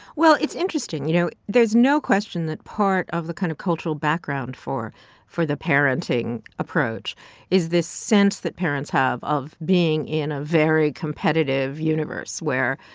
well, it's interesting. you know, there's no question that part of the kind of cultural background for for the parenting approach is this sense that parents have of being in a very competitive universe where,